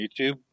YouTube